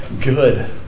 good